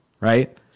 right